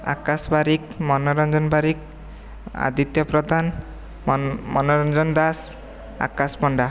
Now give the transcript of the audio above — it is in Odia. ଆକାଶ ବାରିକ ମନୋରଞ୍ଜନ ବାରିକ ଆଦିତ୍ୟ ପ୍ରଧାନ ମନ ମନରଞ୍ଜନ ଦାସ ଆକାଶ ପଣ୍ଡା